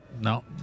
No